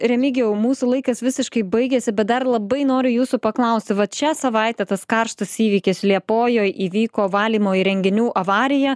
remigijau mūsų laikas visiškai baigiasi bet dar labai noriu jūsų paklausti vat šią savaitę tas karštas įvykis liepojoj įvyko valymo įrenginių avarija